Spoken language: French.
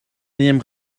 énième